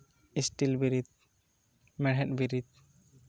steel ᱵᱤᱨᱤᱫ ᱢᱮᱬᱦᱮᱫᱽ ᱵᱤᱨᱤᱫ